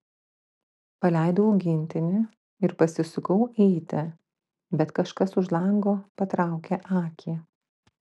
paleidau augintinį ir pasisukau eiti bet kažkas už lango patraukė akį